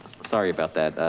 sorry about that.